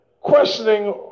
questioning